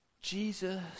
Jesus